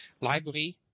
library